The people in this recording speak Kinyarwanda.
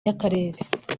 y’akarere